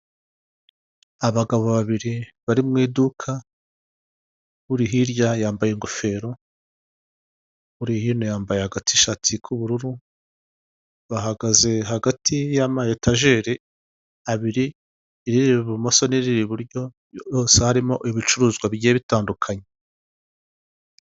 Abagabo babiri bari mu iduka uri hirya yambaye ingofero, uri hino yambaye agatishati k'ubururu, bahagaze hagati y'ama etajeri abiri iri ibumoso n'iri iburyo hose harimo ibicuruzwa bigiye bitandukanye.